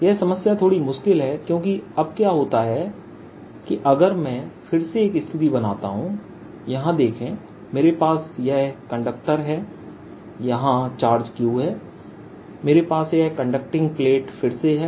यह समस्या थोड़ी मुश्किल है क्योंकि अब क्या होता है अगर मैं फिर से एक स्थिति बनाता हूं यहां देखें मेरे पास यह कंडक्टर है यहां चार्ज Q है मेरे पास यह कंडक्टिंग प्लेट फिर से है